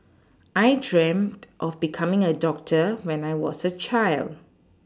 I dreamt of becoming a doctor when I was a child